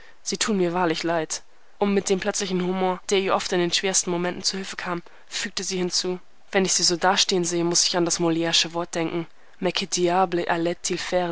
sie tun mir wahrlich leid und mit dem plötzlichen humor der ihr oft in den schwersten momenten zu hilfe kam fügte sie hinzu wenn ich sie so dastehen sehe muß ich an das moliresche wort denken